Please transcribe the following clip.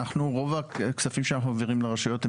רוב הכספים שאנחנו מעבירים לרשויות המקומיות